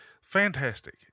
Fantastic